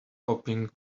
popping